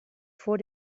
four